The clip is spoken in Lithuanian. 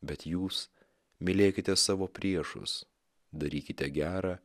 bet jūs mylėkite savo priešus darykite gera